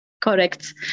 Correct